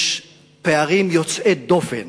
יש פערים יוצאי דופן